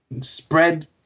spread